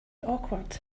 awkward